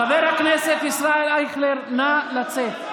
חבר הכנסת ישראל אייכלר, נא לצאת.